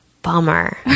bummer